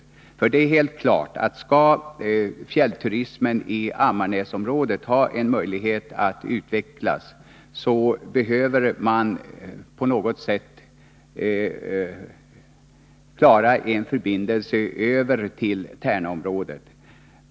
Det är nämligen helt klart att om fjällturismen i Ammarnäsområdet skall ha en möjlighet att utvecklas, så måste man på något sätt åstadkomma en förbindelse över till Tärnaområdet.